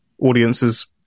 audiences